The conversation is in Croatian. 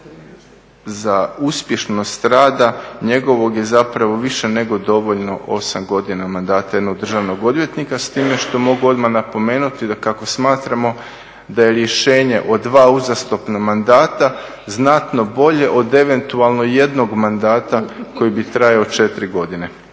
za uspješnost rada njegovog je zapravo više nego dovoljno 8 godina mandata jednog državnog odvjetnika. S time što mogu odmah napomenuti da kako smatramo da je rješenje od dva uzastopna mandata znatno bolje od eventualno jednog mandata koji bi trajao 8 godina,